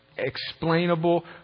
explainable